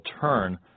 turn